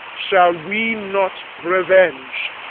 shall we not revenge?